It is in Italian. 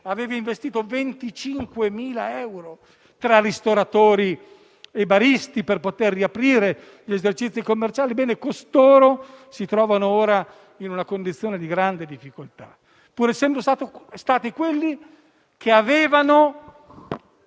aveva investito 25.000 euro, tra ristoratori e baristi per poter riaprire gli esercizi commerciali. Ebbene, costoro si trovano ora in una condizione di grande difficoltà, pur essendo stati coloro che avevano